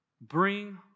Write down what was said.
bring